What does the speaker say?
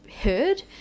heard